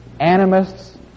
animists